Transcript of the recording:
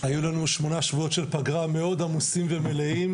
היו לנו שמונה שבועות של פגרה מאוד עמוסים ומלאים.